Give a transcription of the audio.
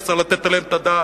וצריך לתת עליהן את הדעת.